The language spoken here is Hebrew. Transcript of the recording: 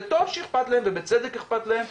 וטוב שאכפת להם, ובצדק אכפת להם.